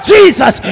Jesus